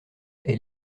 est